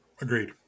Agreed